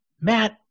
Matt